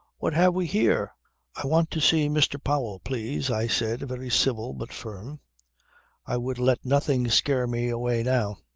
what have we here i want to see mr. powell, please i said, very civil but firm i would let nothing scare me away now.